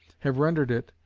have rendered it,